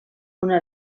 una